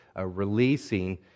releasing